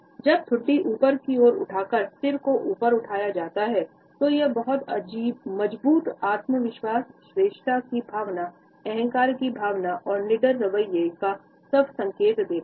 जब ठुड्डी को ऊपर उठाकर सिर को ऊपर उठाया जाता है तो यह बहुत मजबूत आत्मविश्वास श्रेष्ठता की भावना अहंकार की भावना और निडर रवैया का स्व संकेत देता है